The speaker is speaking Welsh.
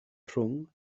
rhwng